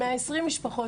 עם 120 משפחות,